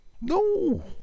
No